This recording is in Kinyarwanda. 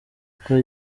uko